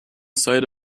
sight